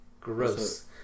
gross